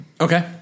okay